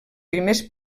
primers